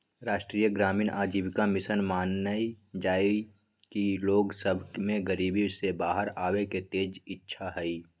राष्ट्रीय ग्रामीण आजीविका मिशन मानइ छइ कि लोग सभ में गरीबी से बाहर आबेके तेज इच्छा हइ